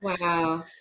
Wow